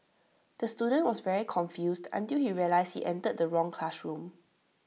the student was very confused until you realised he entered the wrong classroom